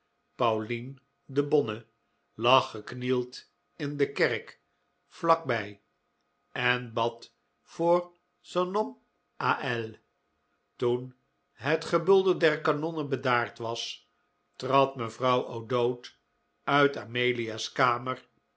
de bonne lag geknield in de kerk vlak bij en bad voor son homme a elle toen het gebulder der kanonnen bedaard was trad mevrouw o'dowd uit amelia's kamer